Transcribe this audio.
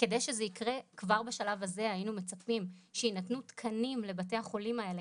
כדי שזה יקרה כבר בשלב הזה היינו מצפים שיינתנו תקנים לבתי החולים האלה,